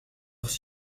heure